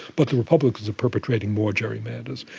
but the republicans are perpetrating more gerrymanders.